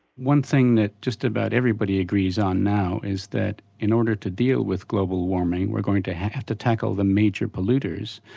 one thing that just about everybody agrees on now is that in order to deal with global warming, we're going to have to tackle the major polluters.